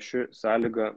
ši sąlyga